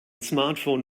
smartphone